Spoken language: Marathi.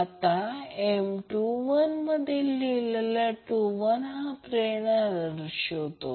आता M21 मधील लिहिलेला 21 हा प्रेरणा दर्शवतो